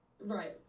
Right